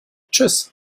tschüss